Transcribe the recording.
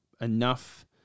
enough